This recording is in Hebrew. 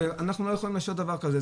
אנחנו לא יכולים לעשות דבר כזה.